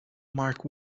marc